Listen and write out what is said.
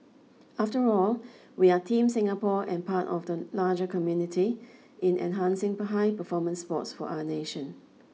after all we are Team Singapore and part of the larger community in enhancing high performance sports for our nation